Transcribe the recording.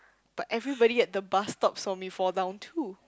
but everybody at the bus stop saw me fall down too